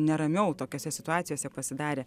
neramiau tokiose situacijose pasidarė